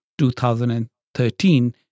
2013